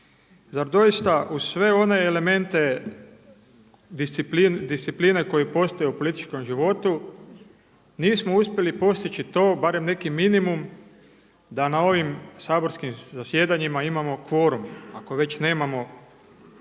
Zar doista uz sve one elemente discipline koje postoje u političkom životu, nismo uspjeli postići to barem neki minimum da na ovim saborskim zasjedanjima imamo kvorum, ako već nemamo veliku